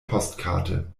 postkarte